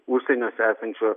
užsieniuose esančio